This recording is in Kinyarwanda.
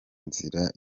nzira